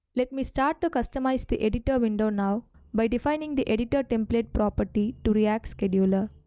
let me start to customize the editor window now by defining the editor template property to react scheduler.